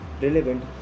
relevant